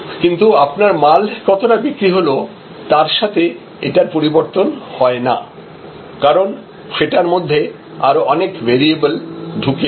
কিন্তু আপনার মাল কতটা বিক্রি হলো তার সাথে এটার পরিবর্তন হয় না কারণ সেটার মধ্যে আরো অনেক ভেরিয়েবল ঢুকে আছে